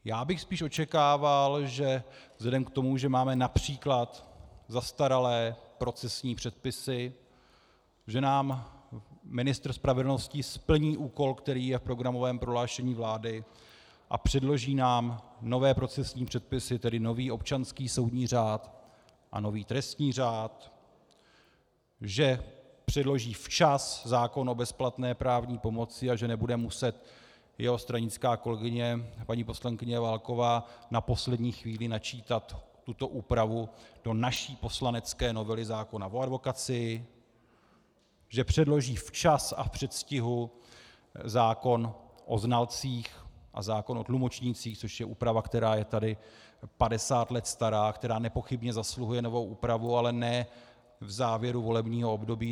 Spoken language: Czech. Já bych spíše očekával vzhledem k tomu, že máme například zastaralé procesní předpisy, že nám ministr spravedlnosti splní úkol, který je v programovém prohlášení vlády, a předloží nám nové procesní předpisy, tedy nový občanský soudní řád a nový trestní řád, že předloží včas zákon o bezplatné právní pomoci a že jeho stranická kolegyně paní poslankyně Válková nebude muset na poslední chvíli načítat tuto úpravu do naší poslanecké novely zákona o advokacii, že předloží včas a v předstihu zákon o znalcích a zákon o tlumočnících, což je úprava, která je tady padesát let stará, která nepochybně zasluhuje novou úpravu, ale ne v závěru volebního období.